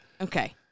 Okay